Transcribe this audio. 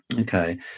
Okay